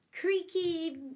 creaky